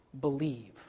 believe